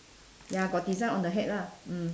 ya got design on the hat lah mm